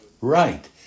Right